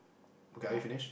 okay are you finished